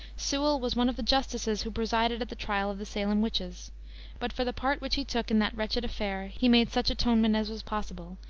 sewall was one of the justices who presided at the trial of the salem witches but for the part which he took in that wretched affair he made such atonement as was possible,